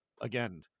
again